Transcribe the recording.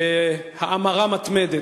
בהאמרה מתמדת.